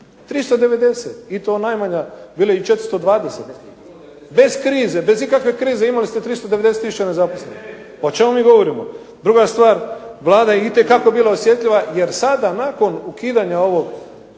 390 i to najmanja, bilo je i 420. Bez krize, bez ikakve krize imali ste 390 tisuća nezaposlenih. Pa o čemu mi govorimo? Druga stvar, Vlada je itekako bila osjetljiva jer sada nakon ukidanja ovog